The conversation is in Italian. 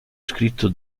scritto